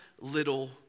little